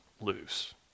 Loose